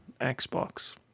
Xbox